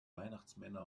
weihnachtsmänner